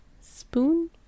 Spoon